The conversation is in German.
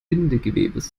bindegewebes